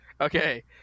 Okay